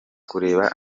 kureba